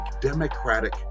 democratic